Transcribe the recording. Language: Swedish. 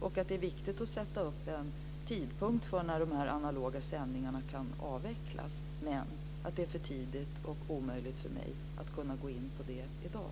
och att det är viktigt att sätta upp en tidpunkt för när de analoga sändningarna kan avvecklas. Det är för tidigt och omöjligt för mig att gå in på det i dag.